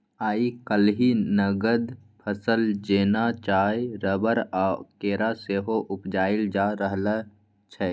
आइ काल्हि नगद फसल जेना चाय, रबर आ केरा सेहो उपजाएल जा रहल छै